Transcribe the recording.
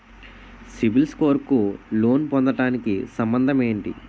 CIBIL score కు loan పొందటానికి సంబంధం ఏంటి?